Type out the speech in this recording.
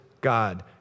God